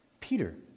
Peter